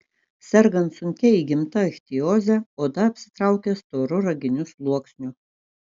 sergant sunkia įgimta ichtioze oda apsitraukia storu raginiu sluoksniu